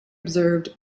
observed